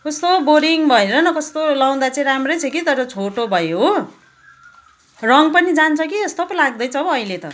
कस्तो बोरिङ भयो हेर न कस्तो लगाउँदा चाहिँ राम्रै छ कि तर छोटो भयो हो रङ्ग पनि जान्छ कि जस्तो पो लाग्दैछ हौ अहिले त